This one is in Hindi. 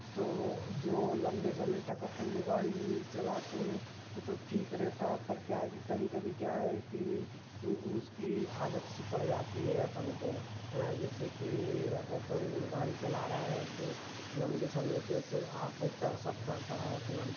तो जो लंबे समय तक अपन जो गाड़ी चलाते हैं वो तो ठीक रहता है पर क्या है कि कभी कभी क्या है कि उसकी आदत सी पड़ जाती है अपन को हाँ जैसे कि अब अपन गाड़ी चला रहे हैं तो लंबे समय से तो आँखों पर असर पड़ता है अपना